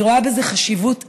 אני רואה בזה חשיבות אדירה.